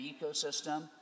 ecosystem